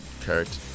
Kurt